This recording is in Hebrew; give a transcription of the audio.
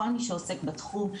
כל מי שעוסק בתחום,